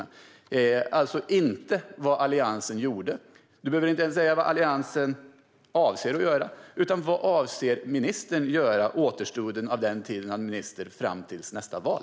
Det gäller alltså inte vad Alliansen gjorde, och ministern behöver inte ens säga vad Alliansen avser att göra. Vad avser ministern att göra under återstoden av sin tid som minister fram till nästa val?